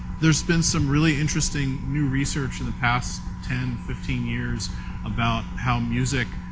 there's been some really interesting new research in the past ten, fifteen years about how music